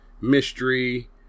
mystery